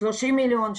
מיליון שקל.